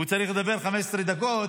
הוא צריך לדבר 15 דקות,